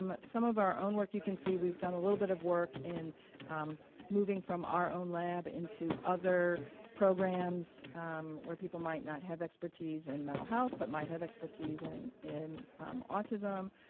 some of our own work you can see, we've done a little bit of work in moving from our own lab into other programs where people might not have expertise in mental health but might have expertise and in in autism,